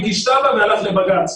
הגיש תמ"א והלך לבג"ץ.